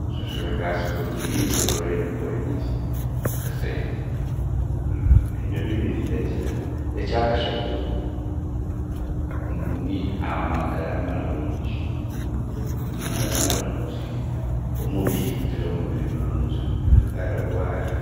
Okushashura ka school fees ora oine kuba oine ki, akasente ebyo bibiri ndagira ekya kashatu ni amagara marungi. Amagara marungi, omubiri kugira omubiri murungi omubiri otaragwara,